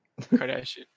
Kardashian